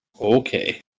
Okay